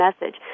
message